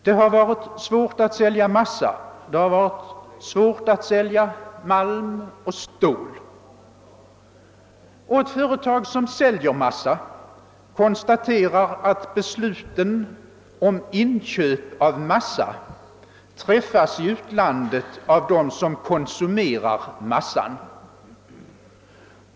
Det har varit svårt att sälja massa, det har varit svårt att sälja malm och stål. Ett företag som säljer massa konstaterar att besluten om inköp av massa träffas i utlandet av dem som konsumerar massan.